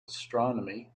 astronomy